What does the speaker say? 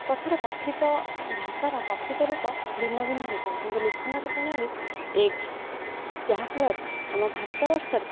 କଥାରେ କଥିତ ଭାଷାର କଥିତ ରୂପ ଭିନ୍ନ ଭିନ୍ନ ହୋଇଥାଏ କିନ୍ତୁ ଲେଖନର ପ୍ରଣାଳୀ ଏକ ଯାହାଫଳରେ ଆମ ଭାରତ ବର୍ଷରେ